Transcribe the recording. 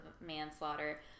manslaughter